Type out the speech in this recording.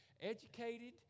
educated